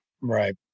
Right